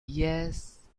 alice